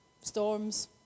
storms